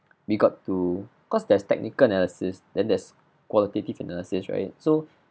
we got to cause there's technical analysis then there's qualitative analysis right so